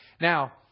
Now